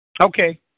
Okay